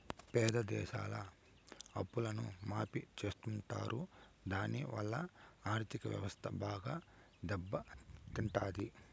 పేద దేశాల అప్పులను మాఫీ చెత్తుంటారు దాని వలన ఆర్ధిక వ్యవస్థ బాగా దెబ్బ తింటాది